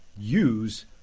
use